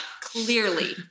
Clearly